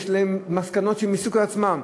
יש להם מסקנות שהם הסיקו בעצמם.